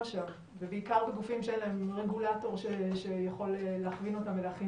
בגופים שאין להם רגולטור שיכול להכווין אותם ולהכין